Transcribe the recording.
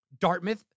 Dartmouth